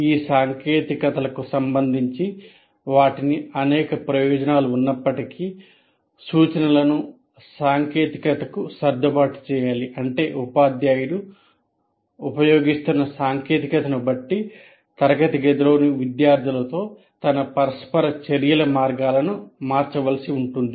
ఈ సాంకేతికతలకు సంబంధించి వాటికి అనేక ప్రయోజనాలు ఉన్నప్పటికీ సూచనలను సాంకేతికతకు సర్దుబాటు చేయాలి అంటే ఉపాధ్యాయుడు ఉపయోగిస్తున్న సాంకేతికతను బట్టి తరగతి గదిలోని విద్యార్థులతో తన పరస్పర చర్యల మార్గాలను మార్చవలసి ఉంటుంది